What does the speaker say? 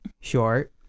Short